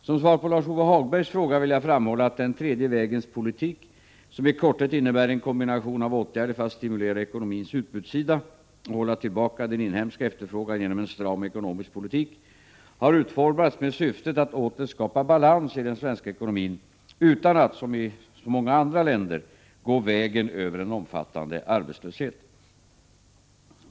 Som svar på Lars-Ove Hagbergs fråga vill jag framhålla att den tredje vägens politik, som i korthet innebär en kombination av åtgärder för att stimulera ekonomins utbudssida och hålla tillbaka den inhemska efterfrågan genom en stram ekonomisk politik, har utformats med syftet att åter skapa balans i den svenska ekonomin utan att, som i så många andra länder, gå vägen över en omfattande arbetslöshet.